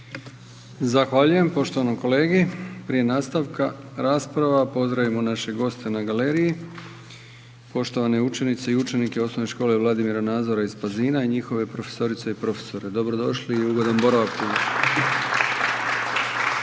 Zahvaljujem poštovanom kolegi. Prije nastavka rasprava, pozdravimo naše goste na galeriji, poštovane učenice i učenike OS Vladimira Nazora iz Pazina i njihove profesorice i profesore, dobrodošli u ugodan